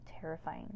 terrifying